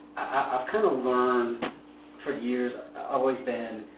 i've kind of learned for years always been,